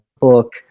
book